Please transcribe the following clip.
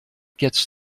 gets